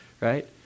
Right